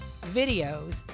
videos